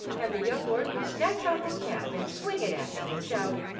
and the young lord would snatch off his cap and swing it at them, and shout,